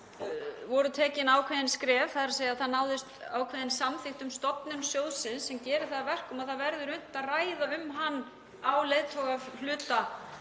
voru tekin ákveðin skref, þ.e. það náðist ákveðin samþykkt um stofnun sjóðsins sem gerir það að verkum að það verður unnt að ræða um hann á leiðtogahluta